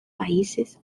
países